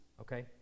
okay